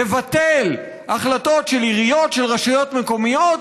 לבטל החלטות של עיריות ושל רשויות מקומיות,